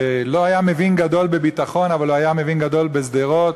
שלא היה מבין גדול בביטחון אבל הוא היה מבין גדול בשדרות,